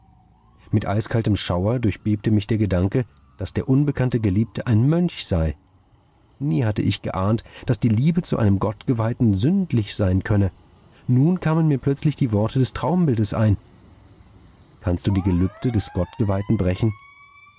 mit eiskaltem schauer durchbebte mich der gedanke daß der unbekannte geliebte ein mönch sei nie hatte ich geahnt daß die liebe zu einem gottgeweihten sündlich sein könne nun kamen mir plötzlich die worte des traumbildes ein kannst du die gelübde des gottgeweihten brechen